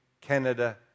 Canada